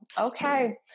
okay